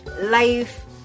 life